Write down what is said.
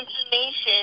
information